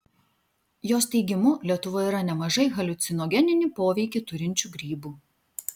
jos teigimu lietuvoje yra nemažai haliucinogeninį poveikį turinčių grybų